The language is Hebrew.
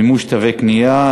(מימוש תווי קנייה),